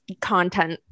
content